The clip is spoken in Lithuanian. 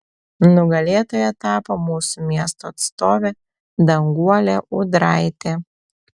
nugalėtoja tapo mūsų miesto atstovė danguolė ūdraitė